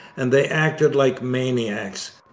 and they acted like maniacs.